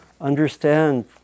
understand